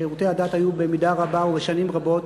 שירותי הדת היו במידה רבה ושנים רבות